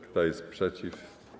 Kto jest przeciw?